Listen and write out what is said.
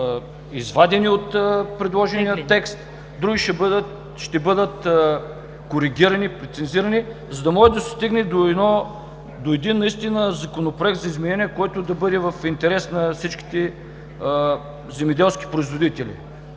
извадени от предложения текст, други ще бъдат коригирани и прецизирани, за да може да се стигне до законопроект за изменение, който да бъде в интерес на всички земеделски производители.